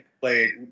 play